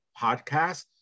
Podcast